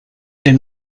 den